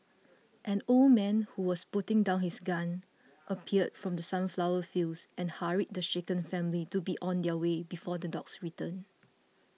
an old man who was putting down his gun appeared from the sunflower fields and hurried the shaken family to be on their way before the dogs return